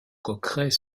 coqueret